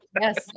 yes